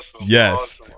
yes